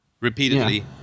Repeatedly